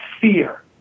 fear